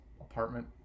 apartment